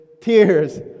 tears